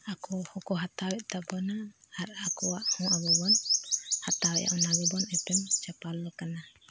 ᱟᱠᱚ ᱦᱚᱠᱚ ᱦᱟᱛᱟᱣᱮᱫ ᱛᱟᱵᱚᱱᱟ ᱟᱨ ᱟᱠᱚᱣᱟᱜ ᱦᱚᱸ ᱟᱵᱚᱵᱚᱱ ᱦᱟᱛᱟᱣᱮᱜᱼᱟ ᱚᱱᱟ ᱜᱮᱵᱚᱱ ᱮᱯᱮᱢ ᱪᱟᱯᱟᱞ ᱠᱟᱱᱟ